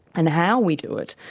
and how we do it,